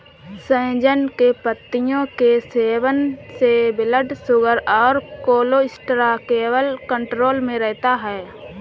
सहजन के पत्तों के सेवन से ब्लड शुगर और कोलेस्ट्रॉल लेवल कंट्रोल में रहता है